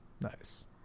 nice